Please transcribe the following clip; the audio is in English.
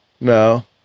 no